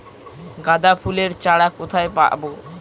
গাঁদা ফুলের চারা কোথায় পাবো?